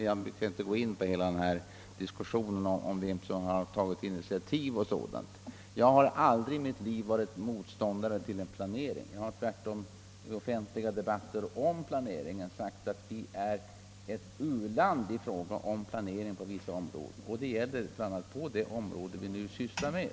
Jag skall inte gå in på hela diskussionen om vem som tagit initiativ och sådant. Jag har aldrig i mitt liv varit motståndare till en planering. Jag har tvärtom i offentliga debatter om planering sagt att vi är ett u-land i fråga om planering på vissa områden och det gäller bl.a. på det område vi nu sysslar med.